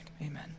amen